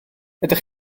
ydych